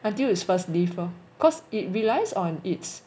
until its first leaves lor cause it relies on its